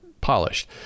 polished